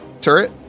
Turret